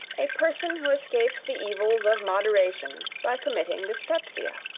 a person who escapes the evils of moderation by committing dyspepsia.